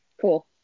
Cool